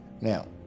Now